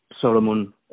Solomon